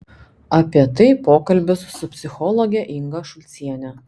apie tai pokalbis su psichologe inga šulciene